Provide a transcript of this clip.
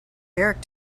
eric